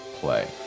Play